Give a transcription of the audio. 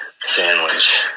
sandwich